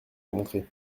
démontré